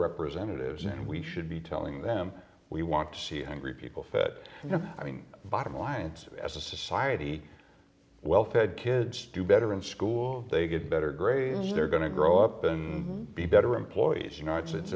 representatives and we should be telling them we want to see angry people and i mean bottom lines as a society well fed kids do better in school they get better grades they're going to grow up and be better employees you know it's it's